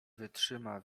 wytrzyma